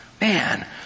Man